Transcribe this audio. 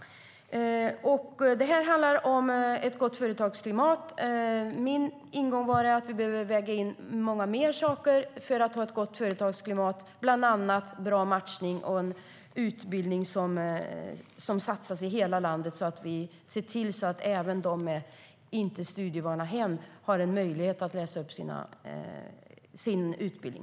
Vi diskuterar ett gott företagsklimat. Min ingång var att vi behöver väga in många fler saker för att få ett gott företagsklimat, bland annat bra matchning och utbildning i hela landet så att även de som kommer från inte studievana hem har möjlighet att få utbildning.